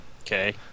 Okay